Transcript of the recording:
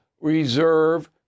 reserve